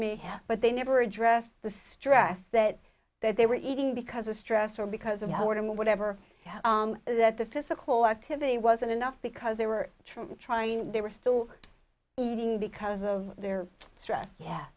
me but they never address the stress that that they were eating because of stress or because of hoarding whatever that the physical activity wasn't enough because they were trying to trying they were still eating because of their stress yeah